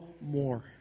more